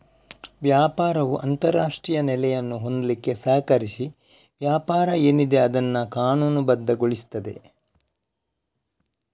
ವ್ಯಾಪಾರವು ಅಂತಾರಾಷ್ಟ್ರೀಯ ನೆಲೆಯನ್ನು ಹೊಂದ್ಲಿಕ್ಕೆ ಸಹಕರಿಸಿ ವ್ಯವಹಾರ ಏನಿದೆ ಅದನ್ನ ಕಾನೂನುಬದ್ಧಗೊಳಿಸ್ತದೆ